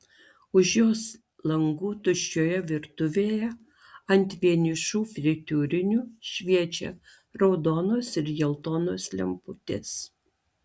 už jos langų tuščioje virtuvėje ant vienišų fritiūrinių šviečia raudonos ir geltonos lemputės